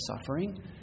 suffering